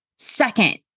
Second